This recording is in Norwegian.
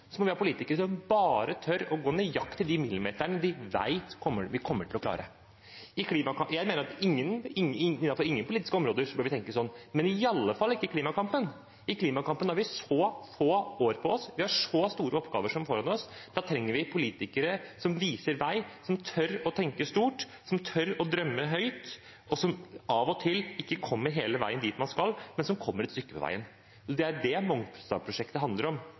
må vi ha politikere som bare tør å gå nøyaktig de millimeterne de vet at de kommer til å klare. Jeg mener at man på ingen politiske områder bør tenke sånn, men i alle fall ikke i klimakampen. I klimakampen har vi så få år på oss, og vi har så store oppgaver foran oss, at vi trenger politikere som viser vei, som tør å tenke stort, som tør å drømme høyt, som av og til ikke kommer hele veien dit man skal, men som kommer et stykke på veien. Det er det Mongstad-prosjektet handler om.